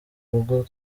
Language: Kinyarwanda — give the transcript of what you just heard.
rugo